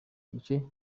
gice